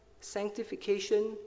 Sanctification